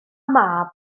mab